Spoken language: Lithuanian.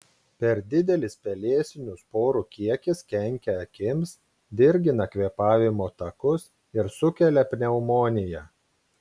per didelis pelėsinių sporų kiekis kenkia akims dirgina kvėpavimo takus ir sukelia pneumoniją